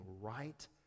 right